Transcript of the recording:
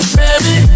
baby